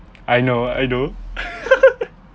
I know I do